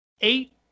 eight